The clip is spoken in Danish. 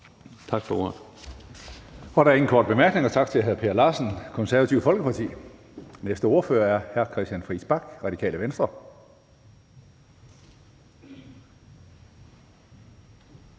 Tak for ordet.